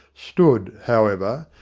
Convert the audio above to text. stood, however,